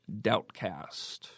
DoubtCast